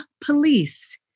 police